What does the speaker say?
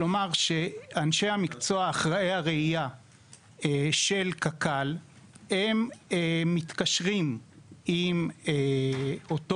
זאת אומרת שאנשי המקצוע האחראים על הרעייה של קק"ל מתקשרים עם אותו